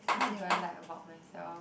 what do I like about myself